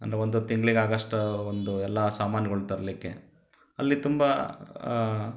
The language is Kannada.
ಒಂದು ತಿಂಗಳಿಗಾಗೊಷ್ಟು ಒಂದು ಎಲ್ಲ ಸಾಮಾನ್ಗಳನ್ನ ತರಲಿಕ್ಕೆ ಅಲ್ಲಿ ತುಂಬ